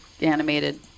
animated